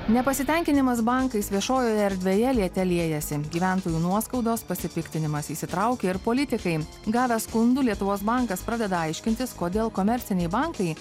nepasitenkinimas bankais viešojoje erdvėje liete liejasi gyventojų nuoskaudos pasipiktinimas įsitraukė ir politikai gavęs skundų lietuvos bankas pradeda aiškintis kodėl komerciniai bankai